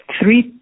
three